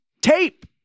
tape